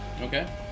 okay